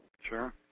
Sure